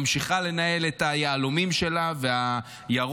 ממשיכה לנהל את היהלומים שלה והירוק,